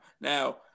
Now